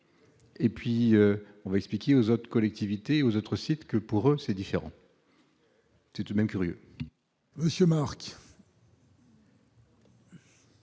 et puis on va expliquer aux autres collectivités aux autres sites que pour eux c'est différent. C'est de même curieux monsieur Marc.